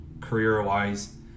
career-wise